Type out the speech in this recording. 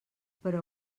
però